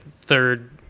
third